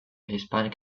hispanic